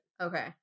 Okay